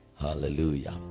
Hallelujah